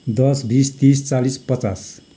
दस बिस तिस चालिस पचास